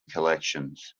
collections